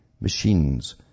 machines